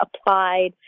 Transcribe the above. applied